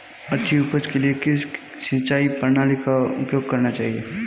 अच्छी उपज के लिए किस सिंचाई प्रणाली का उपयोग करना चाहिए?